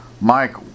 Mike